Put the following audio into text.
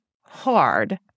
hard